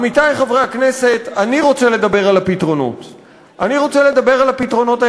עמיתי חברי הכנסת, אני רוצה לדבר על הפתרונות.